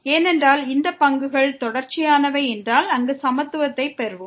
ஏனென்றால் இந்த பங்குகள் தொடர்ச்சியானவை என்றால் அங்கு சமத்துவத்தைப் பெறுவோம்